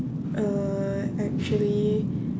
uh actually